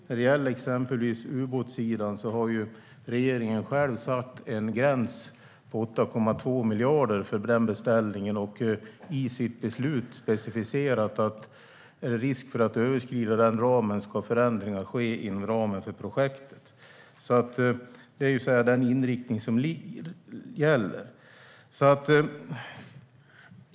När det gäller exempelvis ubåtssidan har regeringen själv satt en gräns på 8,2 miljarder för beställningen och i sitt beslut specificerat att vid risk för att överskrida den ramen ska förändringar ske inom ramen för projektet. Det är den inriktning som gäller.